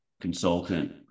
consultant